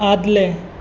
आदलें